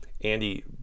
Andy